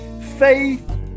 faith